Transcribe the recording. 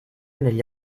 negli